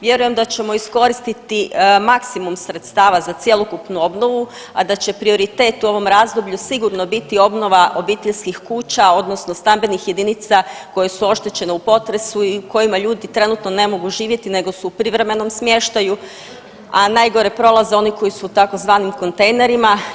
Vjerujem da ćemo iskoristiti maksimum sredstava za cjelokupnu obnovu, a da će prioritet u ovom razdoblju sigurno biti obnova obiteljskih kuća odnosno stambenih jedinica koje su oštećene u potresu i u kojima ljudi trenutno ne mogu živjeti nego su u privremenom smještaju, a najgore prolaze oni koji su u tzv. kontejnerima.